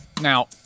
Now